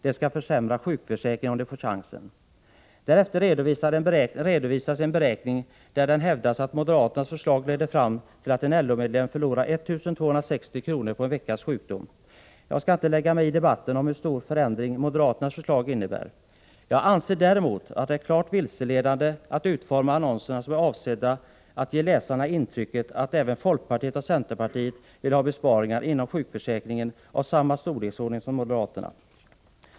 De ska försämra sjukförsäkringen om de får chansen!” Därefter redovisas en beräkning där det hävdas att moderaternas förslag leder fram till att en LO-medlem förlorar 1 260 kr. på en veckas sjukdom. Jag skall inte lägga mig i debatten om hur stor förändring moderaternas förslag innebär. Jag anser däremot att det är klart vilseledande att utforma annonser så, att de är avsedda att ge läsaren intrycket att folkpartiet och centerpartiet vill ha besparingar inom sjukförsäkringen i samma storleksordning som moderaterna.